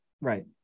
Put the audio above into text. right